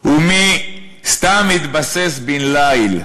מי קנה מגרשים / ובתים מי רכש / ומי סתם התבסס בן-ליל.